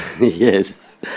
Yes